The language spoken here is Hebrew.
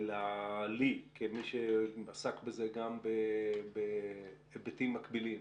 לי, כמי שעסק בזה גם בהיבטים מקבילים,